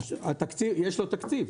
יש לו תקציב.